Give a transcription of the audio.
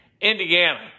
Indiana